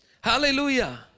hallelujah